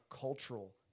cultural